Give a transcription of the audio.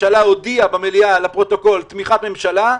והממשלה הודיעה במליאה לפרוטוקול: תמיכת ממשלה,